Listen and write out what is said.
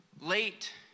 late